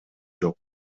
жок